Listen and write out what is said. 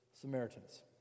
Samaritans